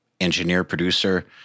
engineer-producer